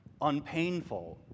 unpainful